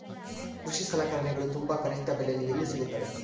ಕೃಷಿ ಸಲಕರಣಿಗಳು ತುಂಬಾ ಕನಿಷ್ಠ ಬೆಲೆಯಲ್ಲಿ ಎಲ್ಲಿ ಸಿಗುತ್ತವೆ?